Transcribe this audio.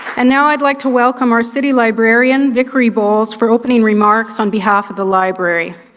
and now i'd like to welcome our city librarian, vickery bowles, for opening remarks on behalf of the library.